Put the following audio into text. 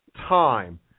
time